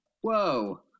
Whoa